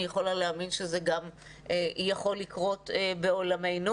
אני יכולה להאמין שגם זה יכול לקרות בעולמנו